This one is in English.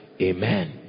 Amen